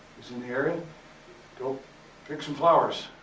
is in the area go pick some flowers,